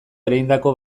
ereindako